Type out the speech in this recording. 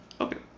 Okay